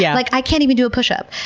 yeah like, i can't even do a push up.